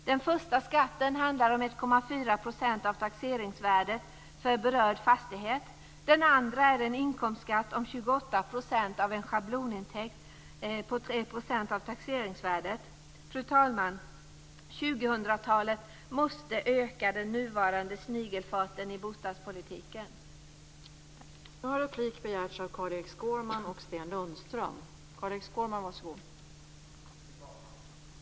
Den första skatten handlar om 1,4 % av taxeringsvärdet för berörd fastighet. Den andra är en inkomstskatt om 28 % av en schablonintäkt på 3 % av taxeringsvärdet. Fru talman! Under 2000-talet måste den nuvarande snigelfarten i bostadspolitiken öka.